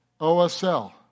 OSL